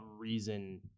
reason